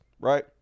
right